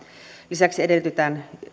lisäksi edellytetään